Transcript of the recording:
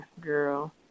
girl